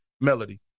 melody